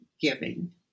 giving